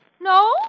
No